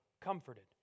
comforted